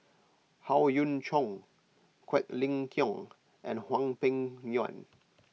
Howe Yoon Chong Quek Ling Kiong and Hwang Peng Yuan